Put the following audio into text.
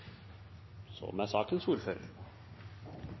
som er sakens